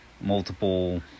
multiple